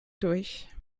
durch